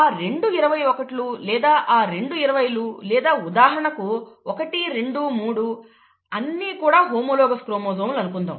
ఆ రెండు 21లు లేదా ఆ రెండు 20లు లేదా ఉదాహరణకు 1 2 3 అన్నీ కూడా హోమోలాగస్ క్రోమోజోమ్లు అనుకుందాం